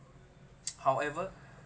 however